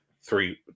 three